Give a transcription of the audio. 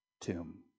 tomb